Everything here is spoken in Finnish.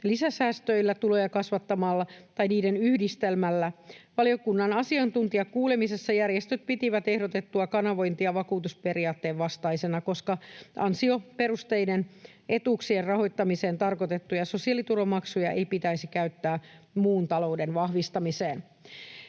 lisäsäästöillä, tuloja kasvattamalla tai niiden yhdistelmällä. Valiokunnan asiantuntijakuulemisessa järjestöt pitivät ehdotettua kanavointia vakuutusperiaatteen vastaisena, koska ansioperusteisia etuuksien rahoittamiseen tarkoitettuja sosiaaliturvamaksuja ei pitäisi käyttää muun talouden vahvistamiseen.